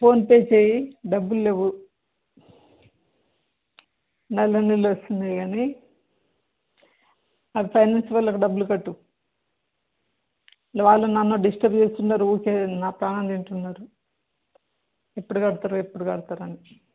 PhonePe చేయి డబ్బుల్లు లేవు నెల నెల వస్తున్నాయి కానీ అది ఫైనాన్స్ వాళ్ళకు డబ్బలు కట్టు వాళ్ళు నన్ను డిస్టర్బ్ చేస్తున్నారు ఊరికే నా ప్రాణం తింటున్నారు ఎప్పుడు కడతారు ఎప్పుడు కడతారని